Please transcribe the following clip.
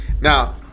now